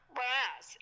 Whereas